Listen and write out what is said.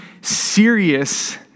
serious